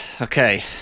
Okay